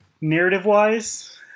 narrative-wise